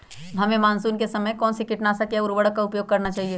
हमें मानसून के समय कौन से किटनाशक या उर्वरक का उपयोग करना चाहिए?